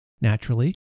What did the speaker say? naturally